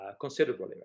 considerably